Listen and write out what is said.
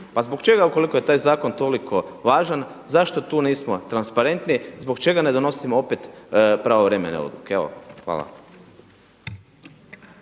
Pa zbog čega ukoliko je taj zakon toliko važan zašto tu nismo transparentni, zbog čega ne donosimo opet pravovremene odluke. Evo